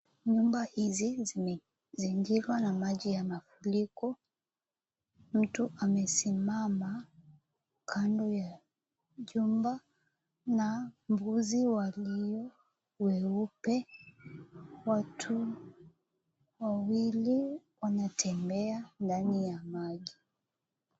Nyumba hizi zimejengwa na maji ya mafuriko. Mtu amesimama kando ya jumba na mbuzi walioweupe, watu wawili wanatembea ndani ya maji.